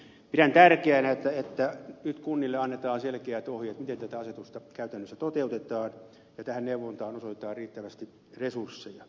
pidän tärkeänä että nyt kunnille annetaan selkeät ohjeet miten tätä asetusta käytännössä toteutetaan ja tähän neuvontaan osoitetaan riittävästi resursseja